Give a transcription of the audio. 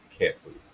carefully